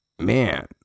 Man